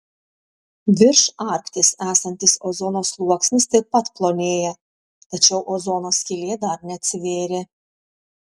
virš arkties esantis ozono sluoksnis taip pat plonėja tačiau ozono skylė dar neatsivėrė